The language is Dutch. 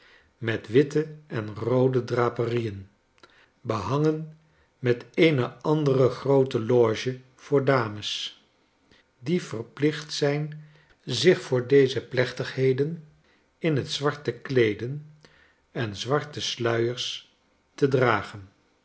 met witte en roode draperieen behangen met eene andere groote loge voor dames die verplicht zijn zich voor deze plechtigheden in het zwart te kieeden en zwarte sluiers te dragen